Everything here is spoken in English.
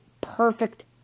perfect